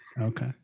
Okay